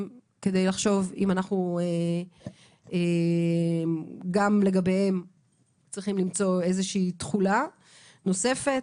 כדי לחשוב אם גם לגביהם צריכים למצוא איזושהי תחולה נוספת.